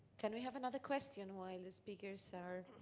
can we have another question while the speakers are